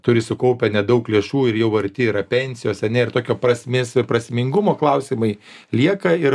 turi sukaupę nedaug lėšų ir jau arti yra pensijos ane ir tokio prasmės ir prasmingumo klausimai lieka ir